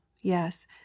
yes